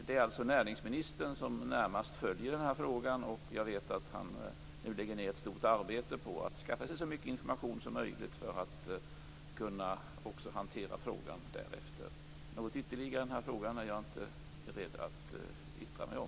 Det är näringsministern som närmast följer den här frågan, och jag vet att han lägger ned ett stort arbete på att skaffa sig så mycket information som möjligt för att därefter kunna hantera frågan. Jag är inte beredd att yttra mig om något ytterligare i den här frågan.